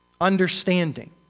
Understanding